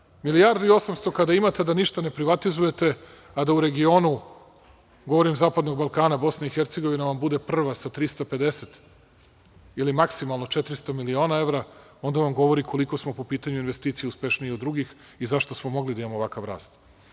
Kada imate milijardu i 800 a da ništa ne privatizujete, a da u regionu zapadnog Balkana vam Bosna i Hercegovina bude prva sa 350 ili maksimalno 400 miliona evra, onda vam to govori koliko smo po pitanju investicija uspešniji od drugih i zašto smo mogli da imamo ovakav rast.